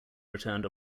returned